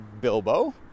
Bilbo